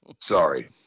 Sorry